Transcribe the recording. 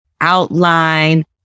outline